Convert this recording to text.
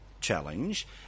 challenge